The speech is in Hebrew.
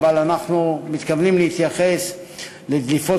אבל אנחנו מתכוונים להתייחס לדליפות